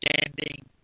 standing